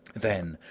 then,